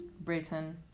Britain